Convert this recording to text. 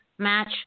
Match